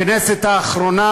בכנסת האחרונה,